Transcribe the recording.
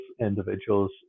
individuals